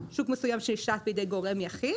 שוק מסוים שנשלט בידי גורם יחיד.